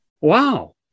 wow